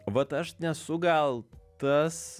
vat aš nesu gal tas